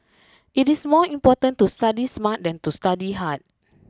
it is more important to study smart than to study hard